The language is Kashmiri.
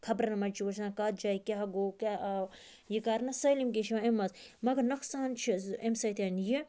خَبرَن مَنٛز چھِ وچھان کتھ جایہِ کیاہ گوٚو کیا آو یہِ کَرنہٕ سٲلِم کیٚنٛہہ چھِ یِوان امہِ مَنٛز مَگَر نۄقصان چھ زٕ امہ سۭتۍ یہِ